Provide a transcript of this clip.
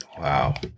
Wow